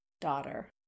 Daughter